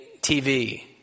TV